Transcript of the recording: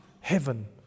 heaven